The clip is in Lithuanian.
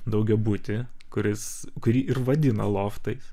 daugiabutį kuris kurį ir vadina loftais